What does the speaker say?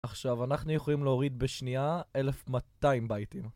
עכשיו אנחנו יכולים להוריד בשנייה 1200 בייטים